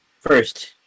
first